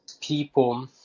people